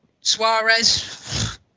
Suarez